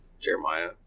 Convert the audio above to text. Jeremiah